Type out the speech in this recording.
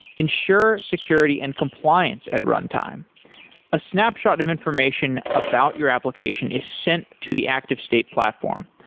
ensure security and compliance at runtime a snapshot of information about your application is sent to the active state platform.